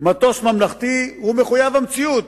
מטוס ממלכתי הוא מחויב המציאות,